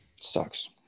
sucks